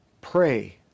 Pray